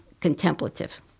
contemplative